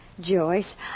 Joyce